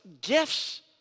gifts